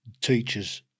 teachers